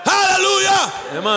Hallelujah